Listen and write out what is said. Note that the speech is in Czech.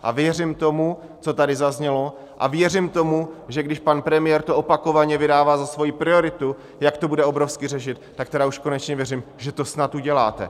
A věřím tomu, co tady zaznělo, a věřím tomu, že když pan premiér to opakovaně vydává za svoji prioritu, jak to bude obrovsky řešit, tak tedy už konečně věřím, že to snad uděláte.